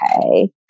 okay